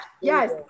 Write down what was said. Yes